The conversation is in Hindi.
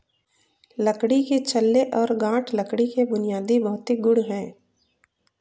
लकड़ी के छल्ले और गांठ लकड़ी के बुनियादी भौतिक गुण हैं